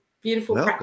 beautiful